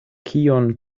kion